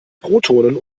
protonen